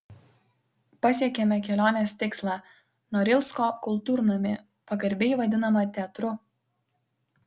pasiekėme kelionės tikslą norilsko kultūrnamį pagarbiai vadinamą teatru